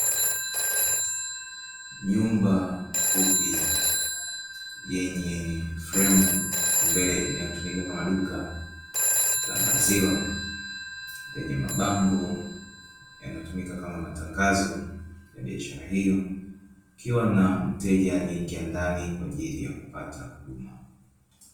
Nyumba fupi yenye fremu mbele inayotumika kama duka la maziwa lenye mabango yanayotumika kama matangazo ya biashara hiyo, kukiwa na mteja aliyeingia ndani kwa ajili ya kupata huduma.